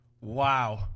Wow